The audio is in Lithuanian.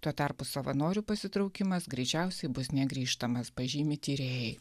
tuo tarpu savanorių pasitraukimas greičiausiai bus negrįžtamas pažymi tyrėjai